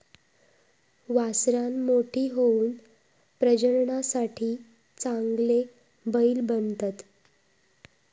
वासरां मोठी होऊन प्रजननासाठी चांगले बैल बनतत